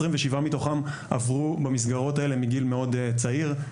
27 מתוכם עברו במסגרות האלה מגיל מאוד צעיר.